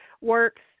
works